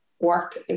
work